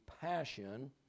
Passion